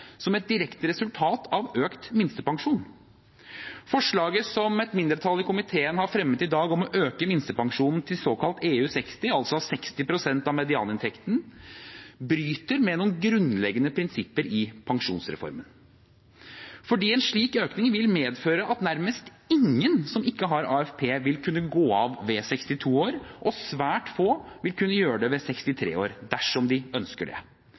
som et direkte resultat av økt minstepensjon. Forslaget som et mindretall i komiteen har fremmet i dag, om å øke minstepensjonen til såkalt EU60, altså 60 pst. av medianinntekten, bryter med noen grunnleggende prinsipper i pensjonsreformen. For en slik økning vil medføre at nærmest ingen som ikke har AFP, vil kunne gå av ved 62 år, og svært få vil kunne gjøre det ved 63 år, dersom de ønsker det.